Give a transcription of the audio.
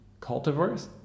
cultivars